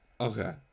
Okay